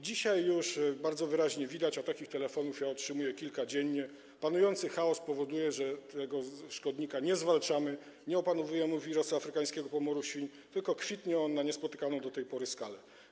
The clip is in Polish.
Dzisiaj już bardzo wyraźnie widać, a takich telefonów otrzymuję kilka dziennie, że panujący chaos powoduje, że tego szkodnika nie zwalczamy, nie opanowujemy wirusa afrykańskiego pomoru świń, tylko kwitnie on na niespotykaną do tej pory skalę.